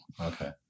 Okay